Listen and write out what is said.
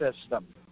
system